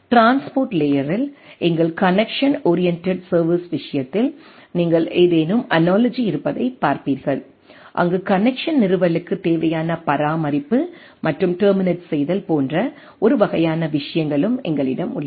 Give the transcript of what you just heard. transport லேயரில் எங்கள் connection oriented service விஷயத்தில் நீங்கள் ஏதேனும் அனாலஜி இருப்பதை பார்ப்பீர்கள்அங்கு கனெக்சன் நிறுவலுக்கு தேவையான பராமரிப்பு மற்றும் டெர்மினேட் செய்தல் போன்ற ஒரு வகையான விஷயங்களும் எங்களிடம் உள்ளன